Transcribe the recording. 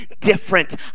different